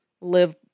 live